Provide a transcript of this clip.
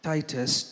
Titus